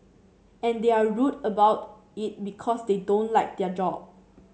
and they're rude about it because they don't like their job